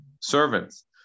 servants